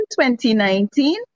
2019